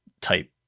type